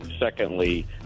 Secondly